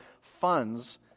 funds